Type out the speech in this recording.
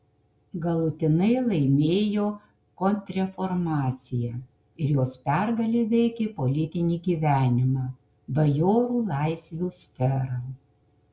galutinai laimėjo kontrreformacija ir jos pergalė veikė politinį gyvenimą bajorų laisvių sferą